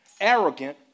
arrogant